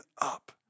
up